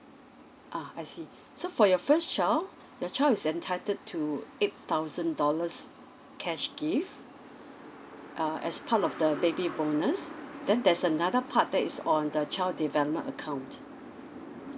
ah I see so for your first child your child is entitled to eight thousand dollars cash gift uh as part of the baby bonus then there's another part that is on the child development account